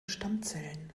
stammzellen